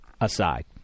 aside